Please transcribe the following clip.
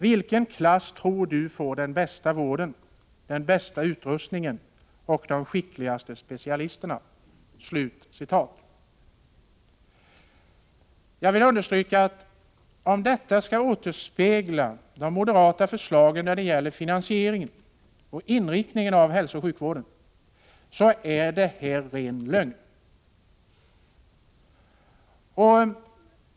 Vilken klass tror du får den bästa vården, den bästa utrustningen och de skickligaste specialisterna?” Jag vill understryka, att om detta skall återspegla de moderata förslagen när det gäller finansieringen och inriktningen av hälsooch sjukvården, så är det ren lögn.